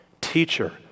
Teacher